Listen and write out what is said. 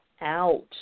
out